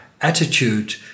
attitude